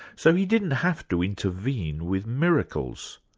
so he didn't have to intervene with miracles.